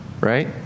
Right